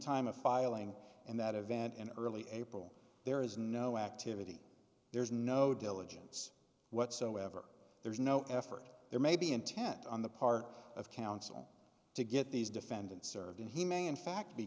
time of filing and that event in early april there is no activity there's no diligence whatsoever there's no effort there may be intent on the part of counsel to get these defendants served and he may in fact be